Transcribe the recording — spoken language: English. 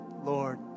Lord